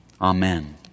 Amen